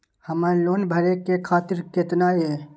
हमर लोन भरे के तारीख केतना ये?